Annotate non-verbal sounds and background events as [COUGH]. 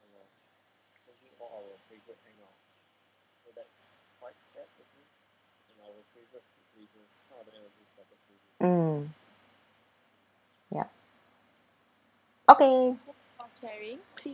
[NOISE] mm ya okay [NOISE]